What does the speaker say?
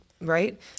right